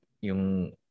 yung